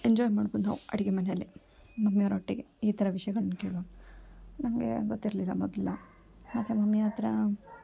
enjoy ಮಾಡ್ಬೋದು ನಾವು ಅಡುಗೆಮನೆಯಲ್ಲಿ ಮಮ್ಮಿ ಅವರೊಟ್ಟಿಗೆ ಈ ಥರ ವಿಷಯಗಳನ್ನು ಕೇಳೋದು ನನಗೆ ಗೊತ್ತಿರಲಿಲ್ಲ ಮೊದಲು ಮತ್ತು ಮಮ್ಮಿ ಹತ್ರ